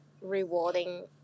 rewarding